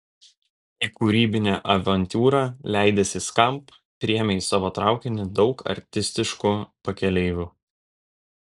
į kūrybinę avantiūrą leidęsi skamp priėmė į savo traukinį daug artistiškų pakeleivių